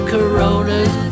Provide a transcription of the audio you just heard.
Corona's